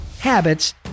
habits